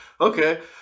okay